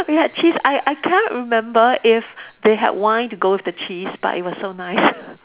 we had cheese I I cannot remember if they had wine to go with the cheese but it was so nice